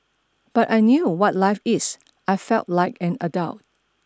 but I knew what life is I felt like an adult